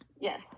yes